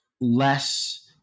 less